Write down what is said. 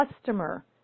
customer